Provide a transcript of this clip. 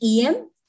EM